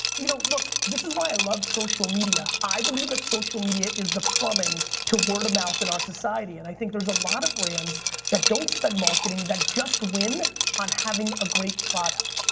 you know, look, this is why i love social media. i believe that social media is the plumbing to word of mouth in our society and i think there's a lot of brands that don't spend marketing that just win on having a great product.